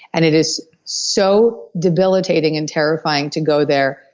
and it is so debilitating and terrifying to go there,